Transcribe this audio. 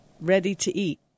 ready-to-eat